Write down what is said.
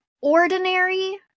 ordinary